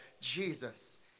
Jesus